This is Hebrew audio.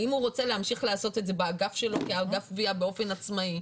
אם הוא רוצה להמשיך לעשות את זה באגף שלו כאגף גבייה באופן עצמאי,